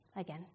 again